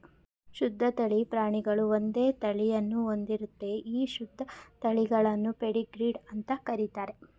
ಶುದ್ಧ ತಳಿ ಪ್ರಾಣಿಗಳು ಒಂದೇ ತಳಿಯನ್ನು ಹೊಂದಿರ್ತದೆ ಈ ಶುದ್ಧ ತಳಿಗಳನ್ನು ಪೆಡಿಗ್ರೀಡ್ ಅಂತ ಕರೀತಾರೆ